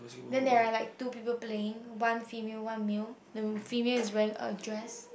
then there are like two people playing one female one male and the female is wearing a dress